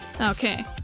Okay